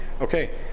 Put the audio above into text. Okay